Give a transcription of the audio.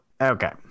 okay